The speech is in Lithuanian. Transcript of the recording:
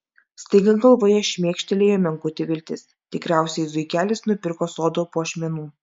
staiga galvoje šmėkštelėjo menkutė viltis tikriausiai zuikelis nupirko sodo puošmenų